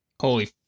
Holy